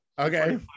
okay